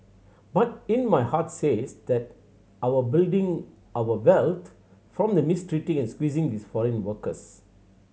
but in my heart says that our building our wealth from the mistreating and squeezing these foreign workers